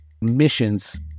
missions